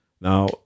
Now